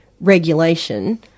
regulation